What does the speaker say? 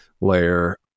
layer